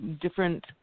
different